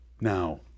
now